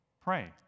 pray